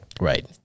right